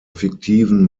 fiktiven